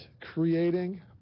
creating